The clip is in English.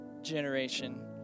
generation